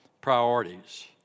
priorities